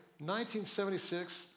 1976